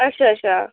अच्छा अच्छा